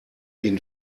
ihn